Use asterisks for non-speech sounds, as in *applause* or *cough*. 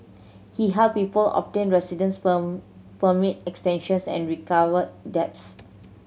he helped people obtain residence *unintelligible* permit extensions and recovered debts